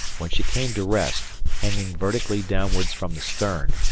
when she came to rest, hanging vertically downwards from the stern,